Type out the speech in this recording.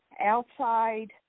Outside